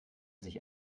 sich